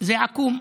זה עקום,